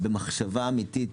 במחשבה אמתית,